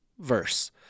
verse